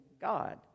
God